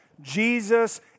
Jesus